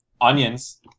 onions